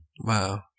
Wow